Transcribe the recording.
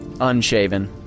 unshaven